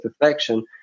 perfection